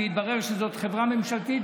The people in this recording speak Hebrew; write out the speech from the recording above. והתברר שזאת חברה ממשלתית,